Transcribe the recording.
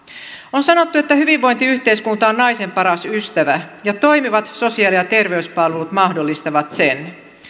on sanottu että hyvinvointiyhteiskunta on naisen paras ystävä ja toimivat sosiaali ja terveyspalvelut mahdollistavat sen